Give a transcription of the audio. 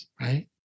right